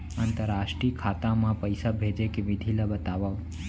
अंतरराष्ट्रीय खाता मा पइसा भेजे के विधि ला बतावव?